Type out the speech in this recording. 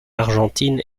argentine